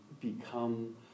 become